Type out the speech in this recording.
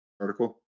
article